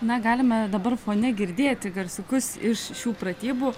na galime dabar fone girdėti garsiukus iš šių pratybų